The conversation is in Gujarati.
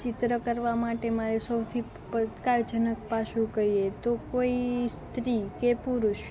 ચિત્ર કરવાં માટે મારે સૌથી પડકારજનક પાસું કહીએ તો કોઈ સ્ત્રી કે પુરુષ